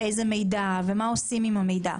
ואיזה מידע ומה עושים עם המידע.